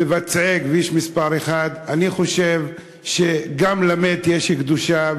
מבצעי כביש מס' 1. אני חושב שגם למת יש קדושה,